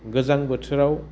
गोजां बोथोराव